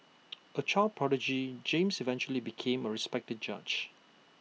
A child prodigy James eventually became A respected judge